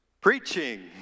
Preaching